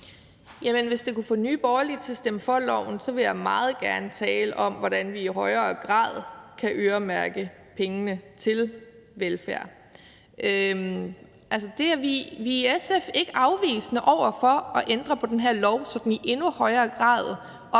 hvis det kan få Nye Borgerlige til at stemme for loven, vil jeg meget gerne tale om, hvordan vi i højere grad kan øremærke pengene til velfærd. Altså, i SF er vi ikke afvisende over for at ændre på den her lov, så den i endnu højere grad opfylder